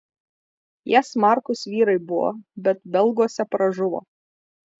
jie smarkūs vyrai buvo bet belguose pražuvo